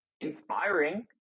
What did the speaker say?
inspiring